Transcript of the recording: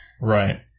Right